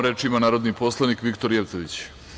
Reč ima narodni poslanik Viktor Jevtović.